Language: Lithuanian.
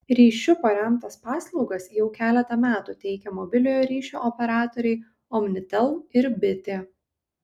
ryšiu paremtas paslaugas jau keletą metų teikia mobiliojo ryšio operatoriai omnitel ir bitė